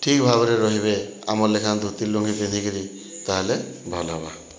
ଠିକ୍ ଭାବ୍ରେ ରହିବେ ଆମର୍ ଲେଖାଁ ଧୂତି ଲୁଙ୍ଗି ପିନ୍ଧିକରି ତାହେଲେ ଭଲ୍ ହେବା